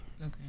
Okay